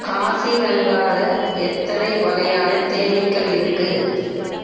காசிரங்காவில எத்தனை வகையான தேனீக்கள் இருக்கு